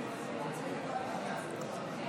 גם הצבעה זו תהיה